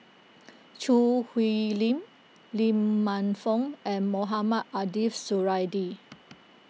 Choo Hwee Lim Lee Man Fong and Mohamed Ariff Suradi